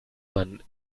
man